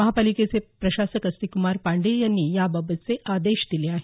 महानगरपालिकेचे प्रशासक आस्तिक क्मार पांडेय यांनी याबाबतचे आदेश दिले आहेत